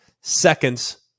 seconds